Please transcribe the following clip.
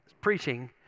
preaching